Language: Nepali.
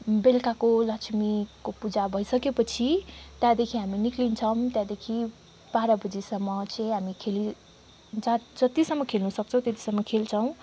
बेलुकाको लक्ष्मीको पूजा भइसकेपछि त्यहाँदेखि हामी निस्किन्छौँ त्यहाँदेखि बाह्र बजीसम्म चाहिँ हामी खेली जत जतिसम्म खेल्नुसक्छौँ त्यतिसम्म खेल्छौँ